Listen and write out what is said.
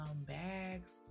bags